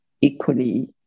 equally